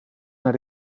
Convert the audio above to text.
naar